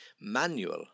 manual